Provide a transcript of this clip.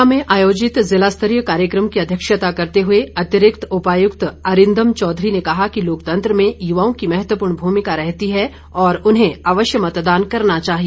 ऊना में आयोजित जिला स्तरीय कार्यक्रम की अध्यक्षता करते हुए अतिरिक्त उपायुक्त अरिंदम चौधरी ने कहा कि लोकतंत्र में युवाओं की महत्वपूर्ण भूमिका रहती है और उन्हें अवश्य मतदान करना चाहिए